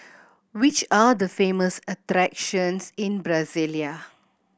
which are the famous attractions in Brasilia